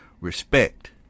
respect